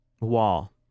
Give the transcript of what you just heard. wall